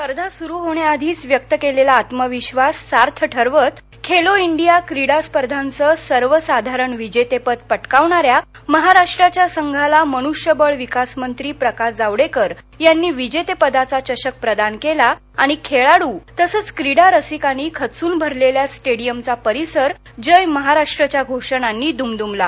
स्पर्धा सुरू होण्याआधीच व्यक्त केलेला आत्म विधास सार्थ ठरवत खेलो इंडिया क्रीडा स्पर्धाचं सर्वसाधारण विजेतेपद पटकावणाऱ्या महाराष्ट्राच्या संघाला मनृष्यबळ विकास मंत्री प्रकाश जावडेकर यांनी विजेतेपदाचा चषक प्रदान केला आणि खेळाडू तसंच क्रीडा रसिकांनी खच्चून भरलेल्या स्टेडीयमचा परिसर जय महाराष्ट्र च्या घोषणांनी दुमदुमला